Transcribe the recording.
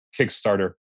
Kickstarter